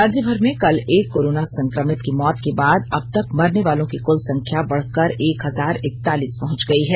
राज्यभर में कल एक कोरोना संक्रमित की मौत के बाद अब तक मरनेवालों की कुल संख्या बढ़कर एक हजार इकतालीस पहुंच गई है